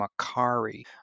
Macari